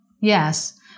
Yes